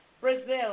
Brazil